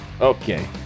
Okay